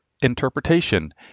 interpretation